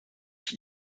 ich